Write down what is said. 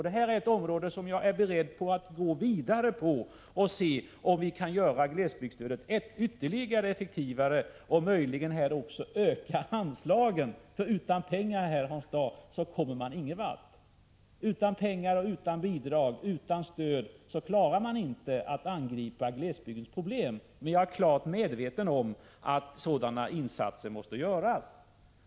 Det här är ett område som jag är beredd att gå vidare på för att se om vi kan göra glesbygdsstödet mer effektivt och möjligen också öka anslagen, för utan pengar, Hans Dau, kommer man ingenvart. Utan pengar, utan bidrag, utan stöd klarar man inte att angripa glesbygdens problem, men jag är klart medveten om att sådana insatser måste göras.